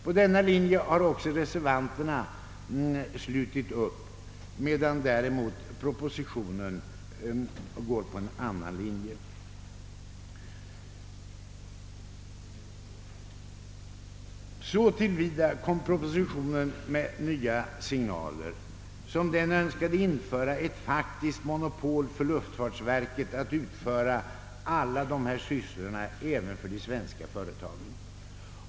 På denna linje har också reservanterna slutit upp, medan däremot propositionen går på en annan linje. Så till vida kom propositionen med nya signaler som den önskade införa ett faktiskt monopol för luftfartsverket att utföra alla dessa sysslor även för de svenska företagen.